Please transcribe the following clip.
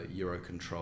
Eurocontrol